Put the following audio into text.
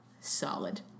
solid